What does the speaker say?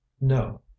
no